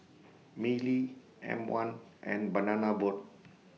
Mili M one and Banana Boat